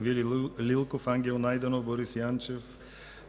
Вили Лилков, Ангел Найденов, Борис Ячев,